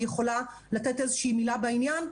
היא יכולה לתת מילה בעניין,